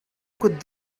could